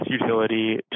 utility